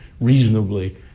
reasonably